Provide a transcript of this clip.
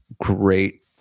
great